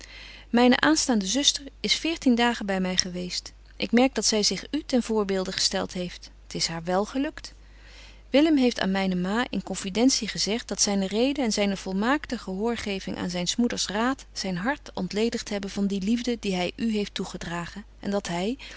myne aanstaande zuster is veertien dagen by my geweest ik merk dat zy zich u ten voorbeelde gestelt heeft t is haar wel gelukt willem heeft aan mynen ma in confidentie gezegt dat zyne reden en zyne volmaakte gehoorgeving aan zyns moeders raad zyn hart betje wolff en aagje deken historie van mejuffrouw sara burgerhart ontledigt hebben van die liefde die hy u heeft toegedragen en dat hy